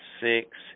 six